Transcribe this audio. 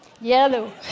Yellow